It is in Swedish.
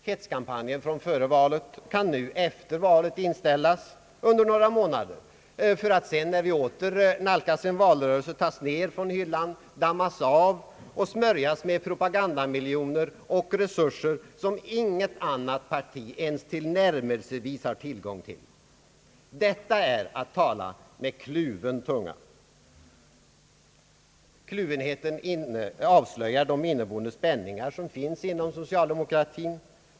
Hetskampanjen före valet kan nu, efter valet, inställas under några månader för att sedan — när vi åter nalkas en valrörelse — tas ner från hyllan, dammas av och smörjas med propagandamiljoner och resurser som inget annat parti ens tillnärmelsevis har tillgång till. Detta är att tala med kluven tunga. Kluvenheten avslöjar de inneboende spänningar som finns inom socialdemokratin.